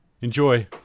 Enjoy